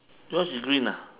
yours is green ah